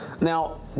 Now